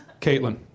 Caitlin